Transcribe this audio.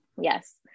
Yes